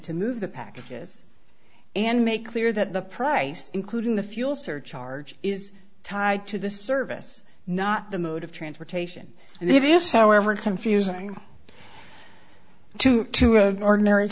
to move the packages and make clear that the price including the fuel surcharge is tied to the service not the mode of transportation and it is however confusing to to have ordinary